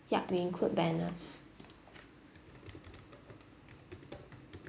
yup we include banners